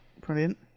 Brilliant